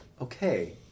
Okay